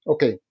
Okay